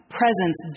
presence